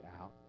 out